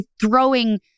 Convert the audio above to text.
throwing